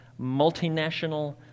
multinational